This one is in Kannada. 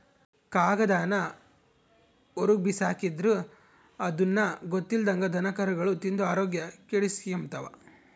ಕಾಗದಾನ ಹೊರುಗ್ಬಿಸಾಕಿದ್ರ ಅದುನ್ನ ಗೊತ್ತಿಲ್ದಂಗ ದನಕರುಗುಳು ತಿಂದು ಆರೋಗ್ಯ ಕೆಡಿಸೆಂಬ್ತವ